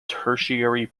tertiary